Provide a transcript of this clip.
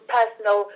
personal